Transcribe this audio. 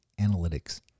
analytics